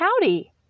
Howdy